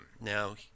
Now